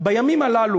בימים הללו,